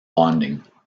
bonding